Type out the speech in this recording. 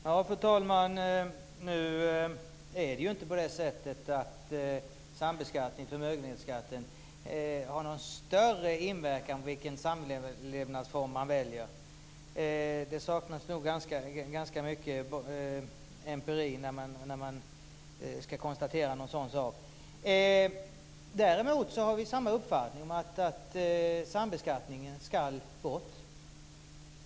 Fru talman! Det är inte så att sambeskattningen av förmögenhet har någon större inverkan på vilken samlevnadsform man väljer. Det saknas nog ganska mycket empiri när man konstaterar en sådan sak. Däremot har vi samma uppfattning i fråga om att sambeskattningen ska bort.